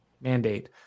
mandate